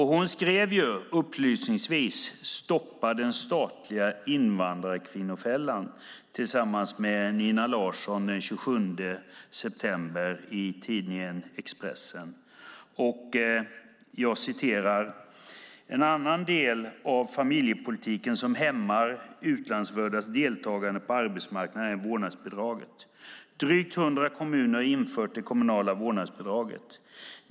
Hon skrev, upplysningsvis, "Stoppa den statliga invandrarkvinnofällan" tillsammans med Nina Larsson den 27 september i tidningen Expressen. De skrev att en "annan del av familjepolitiken som hämmar utlandsföddas deltagande på arbetsmarknaden är vårdnadsbidraget. Drygt 100 kommuner har infört det kommunala vårdnadsbidraget.